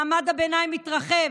מעמד הביניים התרחב.